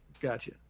gotcha